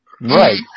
right